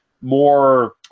more